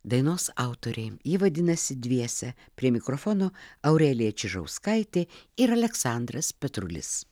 dainos autoriai ji vadinasi dviese prie mikrofono aurelija čižauskaitė ir aleksandras petrulis